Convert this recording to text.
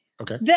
Okay